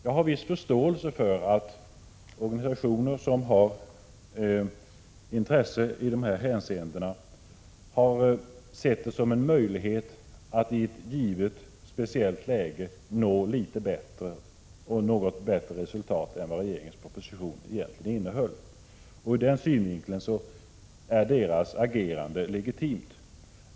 Jag har viss förståelse för att organisationer som har ett intresse i dessa hänseenden har sett en möjlighet att i ett givet läge nå litet bättre resultat än vad regeringens proposition innehöll. Ur denna synvinkel är deras agerande legitimt.